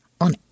on